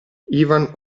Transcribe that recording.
ivan